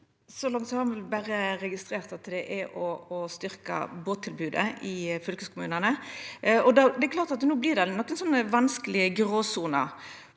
Så langt har eg berre registrert at det er å styrkja båttilbodet i fylkeskommunane. Det er klart at det no vert nokre vanskelege gråsoner.